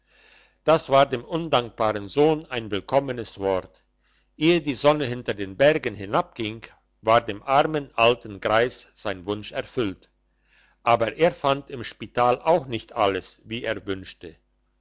das war dem undankbaren sohn ein willkommenes wort ehe die sonne hinter den bergen hinabging war dem armen alten greis sein wunsch erfüllt aber er fand im spital auch nicht alles wie er wünschte